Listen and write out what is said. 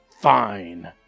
Fine